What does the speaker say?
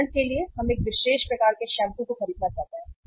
उदाहरण के लिए हम एक विशेष प्रकार के शैम्पू को खरीदना चाहते हैं